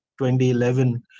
2011